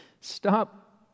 stop